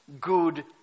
good